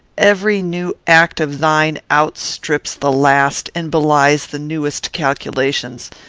every new act of thine outstrips the last, and belies the newest calculations.